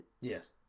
Yes